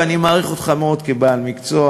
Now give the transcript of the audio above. ואני מעריך אותך מאוד כבעל מקצוע